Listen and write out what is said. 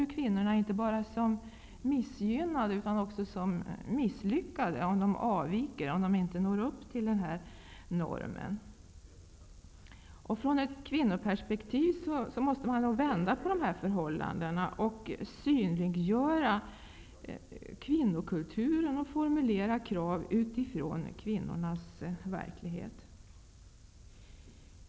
Om kvinnorna inte når upp till normen framstår de inte bara som missgynnade utan även som misslyckade. Sett från ett kvinnoperspektiv måste man nog vända på de här förhållandena, göra kvinnokulturen synlig och formulera krav utifrån kvinnornas verklighet.